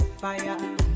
fire